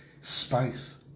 space